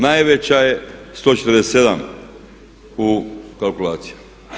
Najveća je 147 u kalkulaciji.